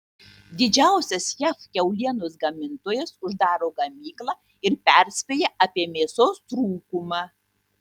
didžiausias jav kiaulienos gamintojas uždaro gamyklą ir perspėja apie mėsos trūkumą